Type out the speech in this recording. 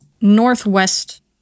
northwest